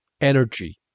energy